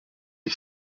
les